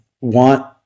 want